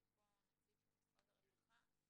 יש פה נציג של משרד הרווחה?